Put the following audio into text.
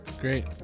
Great